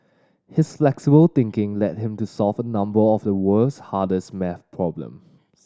his flexible thinking led him to solve a number of the world's hardest math problems